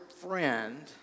friend